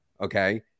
Okay